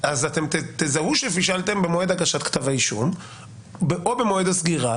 אתם תזהו שפישלתם במועד הגשת כתב האישום או במועד הסגירה.